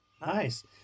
Nice